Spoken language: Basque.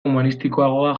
humanistikoagoa